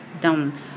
down